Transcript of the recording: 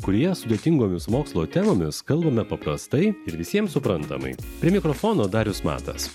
kurije sudėtingomis mokslo temomis kalbame paprastai ir visiems suprantamai prie mikrofono darius matas